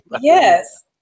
Yes